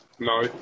No